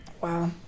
Wow